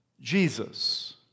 Jesus